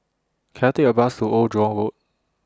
Can I Take A Bus to Old Jurong Road